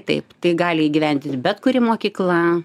taip tai gali įgyvendinti bet kuri mokykla